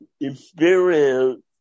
Experience